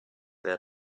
there